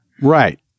Right